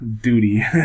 duty